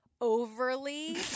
overly